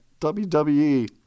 WWE